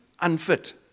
unfit